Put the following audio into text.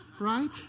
right